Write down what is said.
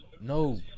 no